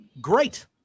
Great